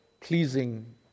pleasing